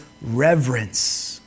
reverence